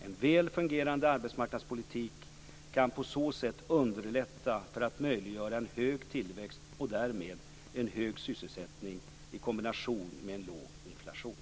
En väl fungerande arbetsmarknadspolitik kan på så sätt underlätta för att möjliggöra en hög tillväxt och därmed en hög sysselsättning i kombination med en låg inflation.